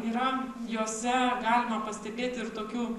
yra jose galima pastebėti ir tokių